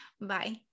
Bye